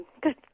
good